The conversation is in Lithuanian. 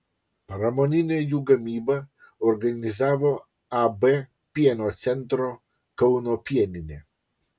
pramoninę jų gamybą organizavo ab pieno centro kauno pieninė